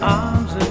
arms